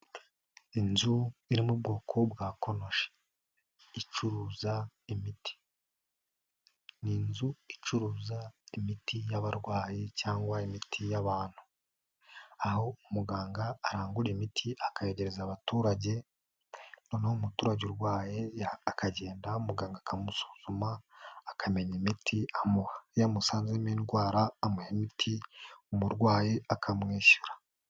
Inzu iri mu bwoko bwa konoshi icuruza imiti, ni inzu icuruza imiti y'abarwayi cyangwa imiti y'abantu aho umuganga arangura imiti akayegereza abaturage noneho umuturage urwaye akagenda muganga akamusuzuma akamenya imiti amuha iyo amusanzemo indwara amuha imiti umurwayi akamwishyura.